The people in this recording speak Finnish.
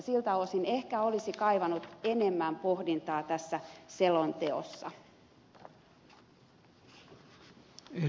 siltä osin ehkä olisi kaivannut enemmän pohdintaa tässä selonteossa